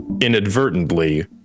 inadvertently